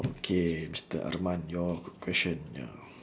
okay mister arman your question ya